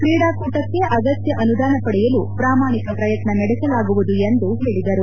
ಕ್ರೀಡಾಕೂಟಕ್ಕೆ ಅಗತ್ತ ಅನುದಾನ ಪಡೆಯಲು ಪ್ರಮಾಣಿಕ ಪ್ರಯತ್ನ ನಡೆಸಲಾಗುವುದು ಎಂದು ಹೇಳಿದರು